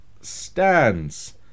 stands